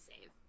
save